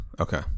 Okay